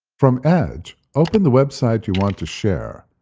from edge, open the website you want to share,